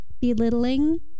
belittling